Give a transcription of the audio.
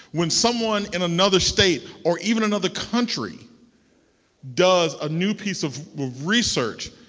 when someone in another state or even another country does a new piece of research,